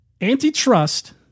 antitrust